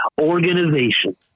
organization